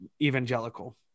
evangelical